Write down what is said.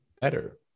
better